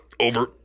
Over